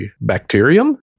bacterium